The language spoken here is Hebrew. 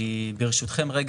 ברשותכם,